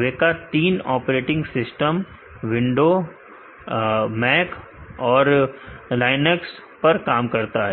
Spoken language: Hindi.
वेका तीन operating system Windows Mac और लाइन ेक्स पर काम करता है